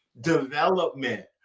development